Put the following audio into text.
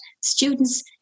students